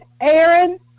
Aaron